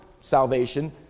salvation